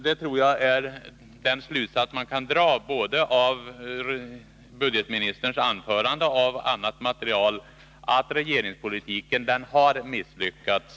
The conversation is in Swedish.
Jag anser att den slutsats man kan dra både av ekonomioch budgetministerns anförande och av annat material är att regeringspolitiken har misslyckats.